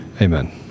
Amen